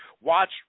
watch